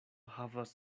havas